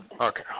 Okay